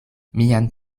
mian